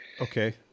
okay